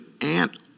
ant